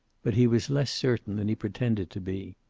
but he was less certain than he pretended to be.